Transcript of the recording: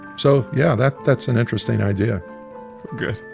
so yeah, that's that's an interesting idea good.